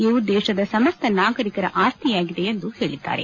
ಇವು ದೇಶದ ಸಮಸ್ತ ನಾಗರಿಕರ ಆಸ್ತಿಯಾಗಿದೆ ಎಂದು ಹೇಳಿದ್ದಾರೆ